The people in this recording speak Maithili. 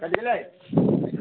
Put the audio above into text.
कटि गेलै